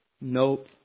Nope